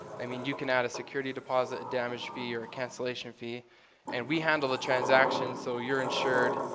i mean you can add a security deposit, a damaged fee or a cancellation fee and we handle the transaction. so you're insured,